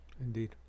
Indeed